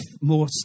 more